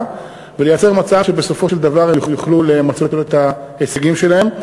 ולייצר מצב שבסופו של דבר הם יוכלו למצות את ההישגים שלהם.